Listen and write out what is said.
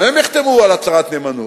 גם הם יחתמו על הצהרת נאמנות.